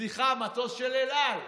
סליחה, מטוס של אל על,